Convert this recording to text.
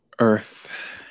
earth